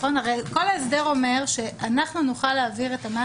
הרי כל ההסדר אומר שאנחנו נוכל להעביר את המען